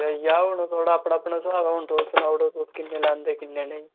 स्हेई सनाओ हून थुआढ़ा अपना अपना स्हाब ऐ हून तुस सनाओ तुस किन्ने लैंदे ओ किन्ने नेईं